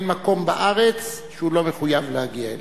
אין מקום בארץ שהוא לא מחויב להגיע אליו.